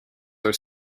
are